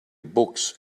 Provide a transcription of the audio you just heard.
books